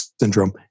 Syndrome